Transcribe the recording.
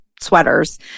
sweaters